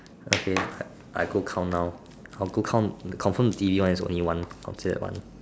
okay I go count now I go count confirm B one is only one considered one